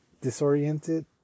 disoriented